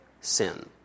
sin